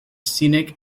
scenic